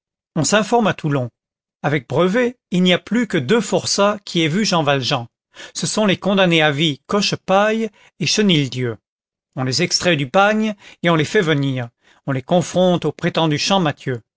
on s'informe à toulon avec brevet il n'y a plus que deux forçats qui aient vu jean valjean ce sont les condamnés à vie cochepaille et chenildieu on les extrait du bagne et on les fait venir on les confronte au prétendu